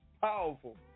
Powerful